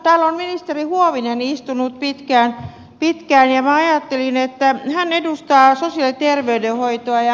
täällä on ministeri huovinen istunut pitkään ja hän edustaa sosiaali ja terveydenhoitoa